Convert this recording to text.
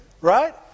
Right